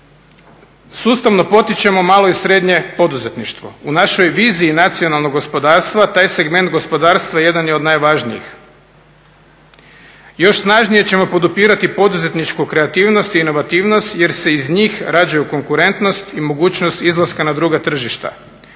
sustavno potičemo malo i srednje poduzetništvo. U našoj je viziji nacionalnog gospodarstva taj segment gospodarstva jedan od najvažnijih. Još snažnije ćemo podupirati poduzetničku kreativnost i inovativnost jer se iz njih rađaju konkurentnost i mogućnost izlaska na druga tržišta.